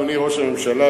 אדוני ראש הממשלה,